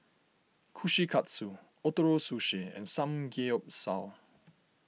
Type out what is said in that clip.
Kushikatsu Ootoro Sushi and Samgeyopsal